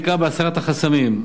בעיקר בהסרת החסמים.